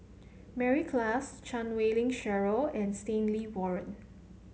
Mary Klass Chan Wei Ling Cheryl and Stanley Warren